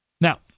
Now